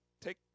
take